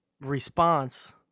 response